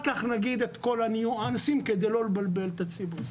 כך נגיד את כל הניואנסים על מנת לא לבלבל את הציבור.